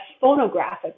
phonographic